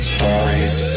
Stories